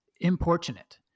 importunate